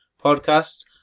podcast